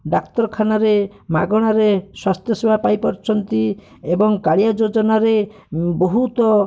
ଡାକ୍ତରଖାନାରେ ମାଗଣାରେ ସ୍ୱାସ୍ଥ୍ୟସେବା ପାଇ ପାରୁଛନ୍ତି ଏବଂ କାଳିଆ ଯୋଜନାରେ ବହୁତ